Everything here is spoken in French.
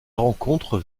rencontre